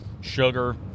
sugar